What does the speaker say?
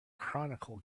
chronicle